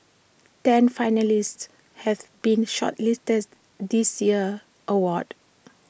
ten finalists have been shortlisted this year's award